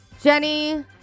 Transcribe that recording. Jenny